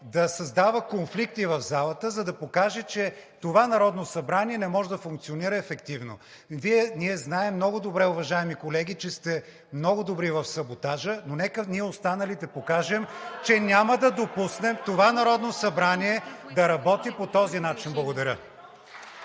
да създава конфликти в залата, за да покаже, че това Народно събрание не може да функционира ефективно. Ние знаем много добре, уважаеми колеги, че сте много добри в саботажа, но нека ние останалите покажем, че няма да допуснем (реплики от ГЕРБ-СДС) това Народно събрание да работи по този начин. Благодаря.